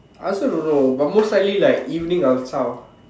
I also don't like but most likely like evening I will zhao